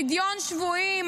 פדיון שבויים,